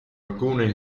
alcune